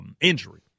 injury